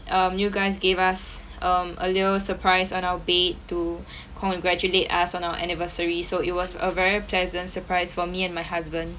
um you guys gave us um a little surprise on our bed to congratulate us on our anniversary so it was a very pleasant surprise for me and my husband